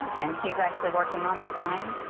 and and he's actually working on the line.